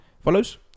follows